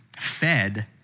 fed